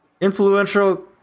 Influential